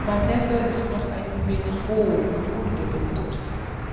mein neffe ist noch ein wenig roh und ungebildet